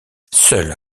seule